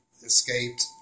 Escaped